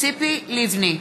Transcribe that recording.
ציפי לבני,